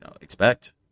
expect